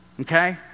Okay